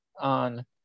on